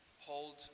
hold